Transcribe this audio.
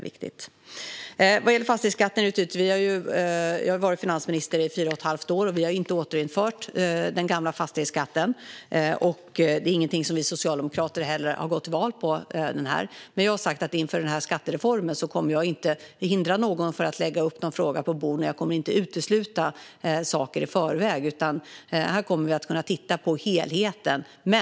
Vad gäller fastighetsskatten har jag varit finansminister i fyra och ett halvt år, och vi har inte återinfört den gamla fastighetsskatten. Det är inte heller någonting som vi socialdemokrater har gått till val på. Jag har sagt att inför skattereformen kommer jag inte att hindra någon från att lägga upp en fråga på bordet. Jag kommer inte att utesluta saker i förväg, utan här kommer vi att kunna titta på helheten.